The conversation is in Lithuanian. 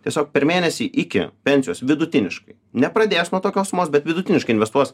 tiesiog per mėnesį iki pensijos vidutiniškai nepradės nuo tokios sumos bet vidutiniškai investuos